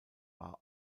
war